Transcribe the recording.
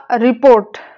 report